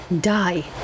Die